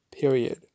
period